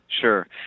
Sure